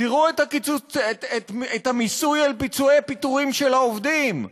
תראו את המיסוי על פיצויי פיטורים של העובדים.